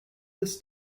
this